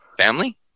family